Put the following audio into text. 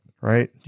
right